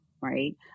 right